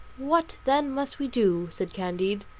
what then must we do? said candide.